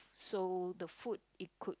so the food it could